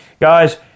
Guys